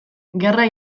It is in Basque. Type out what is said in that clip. gerra